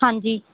ਹਾਂਜੀ